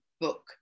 book